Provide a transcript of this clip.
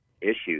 issues